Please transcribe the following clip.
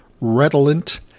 redolent